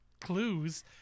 clues